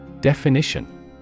Definition